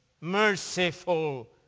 merciful